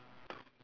to